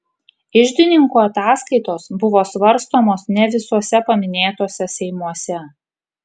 iždininkų ataskaitos buvo svarstomos ne visuose paminėtuose seimuose